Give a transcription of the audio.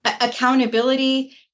accountability